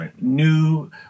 new